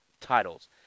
titles